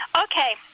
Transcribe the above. Okay